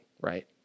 right